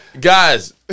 guys